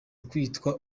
kwitwa